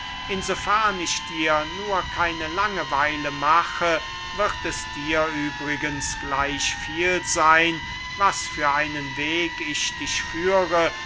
ich dir nur keine langeweile mache wird es dir übrigens gleichviel seyn was für einen weg ich dich führe